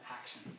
action